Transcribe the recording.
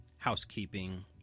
housekeeping